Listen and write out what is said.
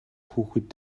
хүүхэд